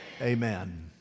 Amen